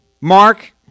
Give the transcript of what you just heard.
Mark